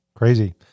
Crazy